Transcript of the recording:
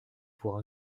pour